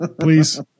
please